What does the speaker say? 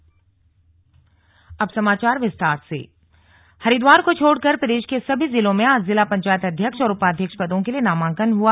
नामांकन प्रक्रिया हरिद्वार को छोड़कर प्रदेश के सभी जिलों में आज जिला पंचायत अध्यक्ष और उपाध्यक्ष पदों के लिए नामांकन हआ